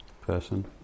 person